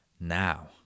now